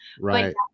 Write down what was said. right